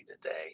today